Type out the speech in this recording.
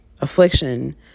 affliction